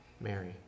Mary